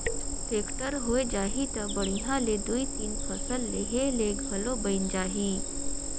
tractor होए जाही त बड़िहा ले दुइ तीन फसल लेहे ले घलो बइन जाही